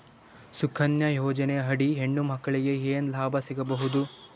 ಸುಕನ್ಯಾ ಯೋಜನೆ ಅಡಿ ಹೆಣ್ಣು ಮಕ್ಕಳಿಗೆ ಏನ ಲಾಭ ಸಿಗಬಹುದು?